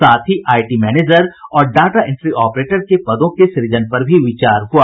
साथ ही IT manager और डाटा इंट्री ऑपरेटर के पदों के सृजन पर भी विचार हुआ